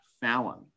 Fallon